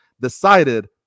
decided